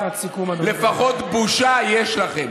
לפחות בושה יש לכם.